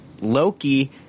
Loki